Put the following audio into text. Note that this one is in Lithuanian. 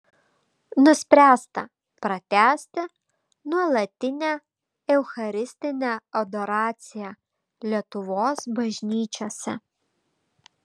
nuspręsta pratęsti nuolatinę eucharistinę adoraciją lietuvos bažnyčiose